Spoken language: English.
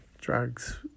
drugs